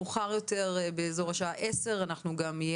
מאוחר יותר באיזור השעה עשר גם תהיה